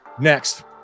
next